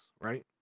right